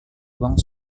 uang